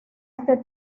este